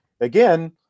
again